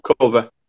cover